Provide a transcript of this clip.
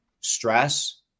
Stress